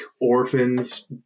orphans